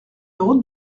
route